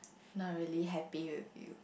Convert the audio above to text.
not really happy with you